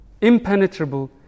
impenetrable